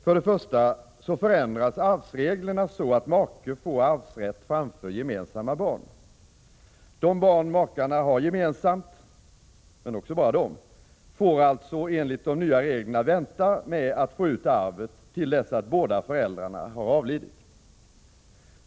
För det första förändras arvsreglerna så att make får arvsrätt framför gemensamma barn. De barn makarna har gemensamt — men också bara de — får alltså enligt de nya reglerna vänta med att få ut arvet till dess att båda föräldrarna har avlidit.